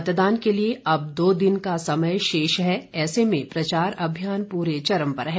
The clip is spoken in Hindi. मतदान के लिए अब दो दिन का समय शेष हैं ऐसे में प्रचार अभियान प्रे चरम हैं